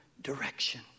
direction